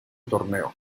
torneo